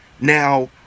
Now